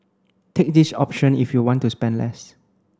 take this option if you want to spend less